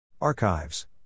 Archives